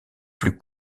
plus